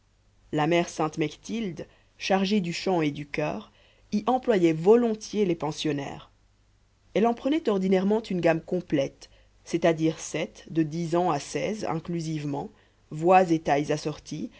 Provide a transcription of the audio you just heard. la mère sainte mechtilde chargée du chant et du choeur y employait volontiers les pensionnaires elle en prenait ordinairement une gamme complète c'est-à-dire sept de dix ans à seize inclusivement voix et tailles assorties